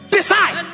Decide